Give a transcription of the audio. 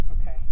Okay